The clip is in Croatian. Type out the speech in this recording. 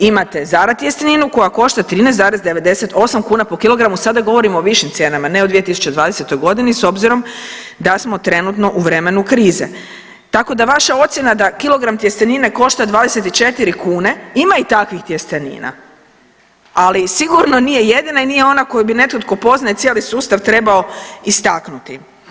Imate Zara tjesteninu koja košta 13,98 kuna po kilogramu, sada govorimo o višim cijenama, ne o 2020. g. s obzirom da smo trenutno u vremenu krize, tako da vaša ocjena da kilogram tjestenine košta 24 kune, ima i takvih tjestenina, ali sigurno nije jedina i nije ona koju bi netko tko poznaje cijeli sustav trebao istaknuti.